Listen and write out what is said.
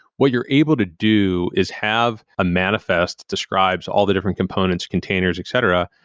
what you're able to do is have a manifest describes all the different components, containers etc,